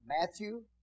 Matthew